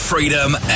Freedom